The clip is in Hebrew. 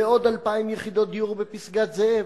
ועוד 2,000 יחידות דיור בפסגת-זאב,